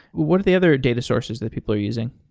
what are the other data sources that people are using?